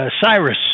Cyrus